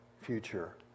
future